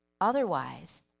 Otherwise